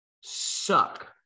suck